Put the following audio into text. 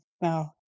Now